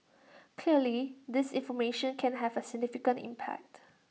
clear disinformation can have A significant impact